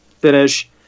finish